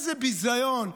איזה ביזיון.